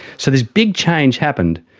so this big change happened,